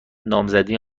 نامزدی